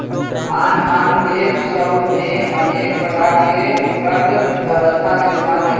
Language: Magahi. आन आन देश सभ में अनेक प्रकार के कर व्यवस्था विद्यमान हइ